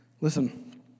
Listen